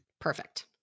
Perfect